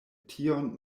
tion